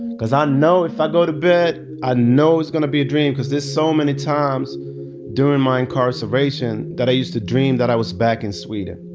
cause i ah know if i go to bed, i know it's gonna be a dream cause there's so many times during my incarceration that i used to dream that i was back in sweden.